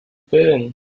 been